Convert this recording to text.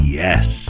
yes